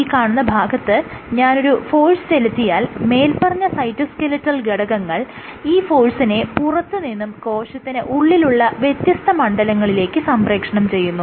ഈ കാണുന്ന ഭാഗത്ത് ഞാൻ ഒരു ഫോഴ്സ് ചെലുത്തിയാൽ മേല്പറഞ്ഞ സൈറ്റോസ്കെലിറ്റൽ ഘടകങ്ങൾ ഈ ഫോഴ്സിനെ പുറത്ത് നിന്നും കോശത്തിന് ഉള്ളിലുള്ള വ്യത്യസ്ത മണ്ഡലങ്ങളിലേക്ക് സംപ്രേക്ഷണം ചെയ്യുന്നു